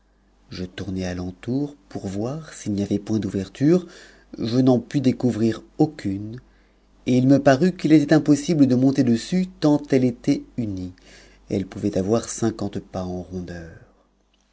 je tournai à l'entour pourvoir s'il n'y avait point d'ouverture je n'en pus découvrir aucune et il me parut qu'il était impossible de monter dessus tant elle était u elle pouvait avoir cinquante pas en